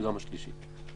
וגם השלישית.